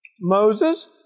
Moses